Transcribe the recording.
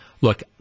look